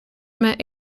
met